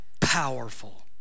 powerful